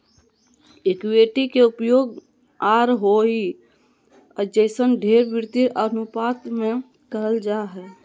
equity के उपयोग ROE जइसन ढेर वित्तीय अनुपात मे करल जा हय